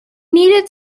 needed